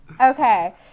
Okay